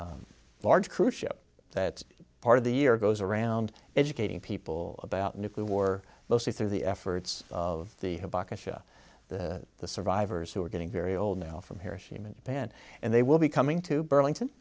large cruise ship that's part of the year goes around educating people about nuclear war mostly through the efforts of the who back into the survivors who are getting very old now from here shimon pan and they will be coming to burlington